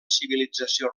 civilització